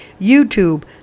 YouTube